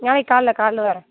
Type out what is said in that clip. நாளைக்கி காலைல காலைல வரேன்